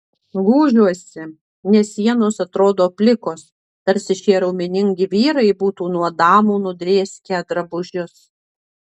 gūžiuosi nes sienos atrodo plikos tarsi šie raumeningi vyrai būtų nuo damų nudrėskę drabužius